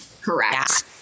Correct